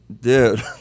dude